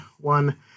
one